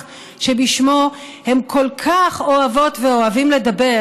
שבשמו הם כל כך אוהבות ואוהבים לדבר,